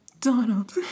Donald